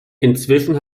inzwischen